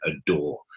adore